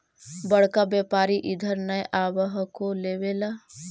बड़का व्यापारि इधर नय आब हको लेबे ला?